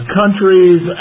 countries